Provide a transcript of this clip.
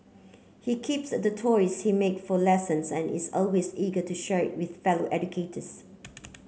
he keeps the toys he make for lessons and is always eager to share with fellow educators